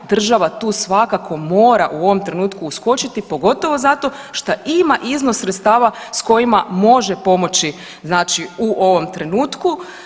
Država tu svakako mora u ovom trenutku uskočiti pogotovo zato što ima iznos sredstava sa kojima može pomoći znači u ovom trenutku.